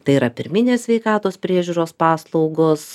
tai yra pirminės sveikatos priežiūros paslaugos